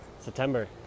September